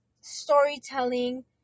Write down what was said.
storytelling